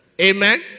Amen